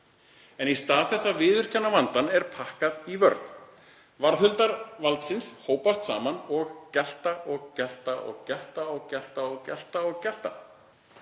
En í stað þess að viðurkenna vandann er pakkað í vörn. Varðhundar valdsins hópast saman og gelta og gelta og gelta og gelta og gelta og gelta. Fyrsta